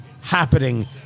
happening